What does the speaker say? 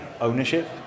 ownership